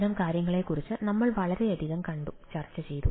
അത്തരം കാര്യങ്ങളെക്കുറിച്ച് നമ്മൾ വളരെയധികം കണ്ടു ചർച്ചചെയ്തു